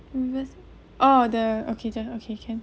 mm oh the occasion okay can